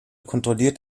kontrolliert